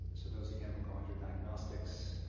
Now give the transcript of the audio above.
so those again, will go under diagnostics,